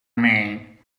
mee